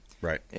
Right